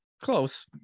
Close